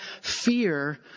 fear